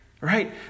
right